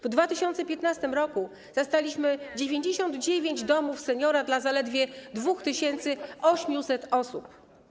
W 2015 r. zastaliśmy 99 domów seniora dla zaledwie 2800 osób.